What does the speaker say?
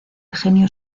genio